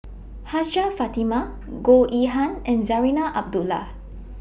Hajjah Fatimah Goh Yihan and Zarinah Abdullah